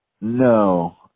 No